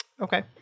Okay